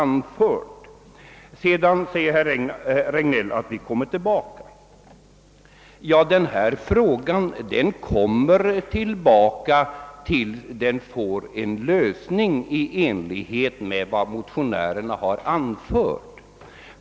Herr Regnéll säger vidare att vi skall återkomma till denna fråga. Ja, den kommer igen, till dess att den löses på ett sätt som ligger i anslutning till vad motionärerna har påyrkat.